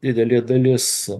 didelė dalis